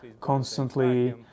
constantly